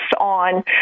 on